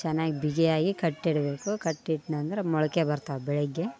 ಚೆನ್ನಾಗ್ ಬಿಗಿಯಾಗಿ ಕಟ್ಟಿಡಬೇಕು ಕಟ್ಟಿಟ್ನಂದರೆ ಮೊಳಕೆ ಬರ್ತಾವೆ ಬೆಳಗ್ಗೆ